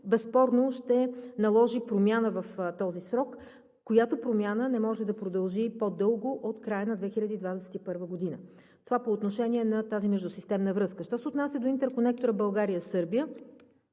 безспорно ще наложи промяна в този срок, която промяна не може да продължи по-дълго от края на 2021 г. Това е по отношение на тази междусистемна връзка. Що се отнася до интерконекторът България – Сърбия,